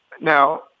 Now